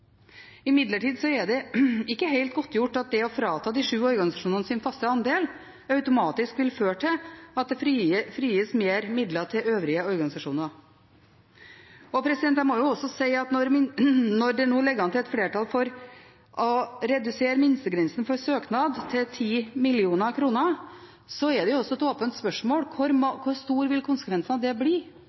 Imidlertid er det ikke helt godtgjort at det å frata de sju organisasjonene deres faste andel automatisk vil føre til at det frigis mer midler til øvrige organisasjoner. Jeg må også si at når det nå ligger an til et flertall for å redusere minstegrensen for søknad til 10 mill. kr, er det også et åpent spørsmål hvor store konsekvensene av det vil bli. Hvor mange vil være omfattet av det